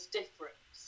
different